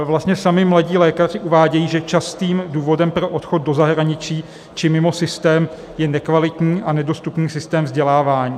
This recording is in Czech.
Vlastně sami mladí lékaři uvádějí, že častým důvodem pro odchod do zahraničí či mimo systém je nekvalitní a nedostupný systém vzdělávání.